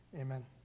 Amen